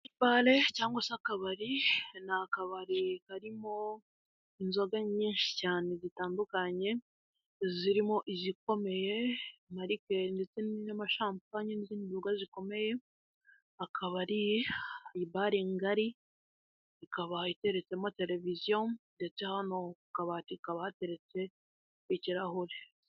Bare cyangwa se akabari, ni akabari karimo inzoga nyinshi cyane zitandukanye, zirimo izikomeye, amarikeri, ndetse n'amashampanye n'izindi nzoga zikomeye, akaba ari ibare ngari, ikaba iteretsemo televiziyo ndetse hano ku kabati hakaba hateretse ikirahure.